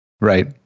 Right